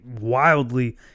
wildly